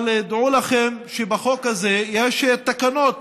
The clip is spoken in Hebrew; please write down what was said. אבל דעו לכם שבחוק הזה יש תקנות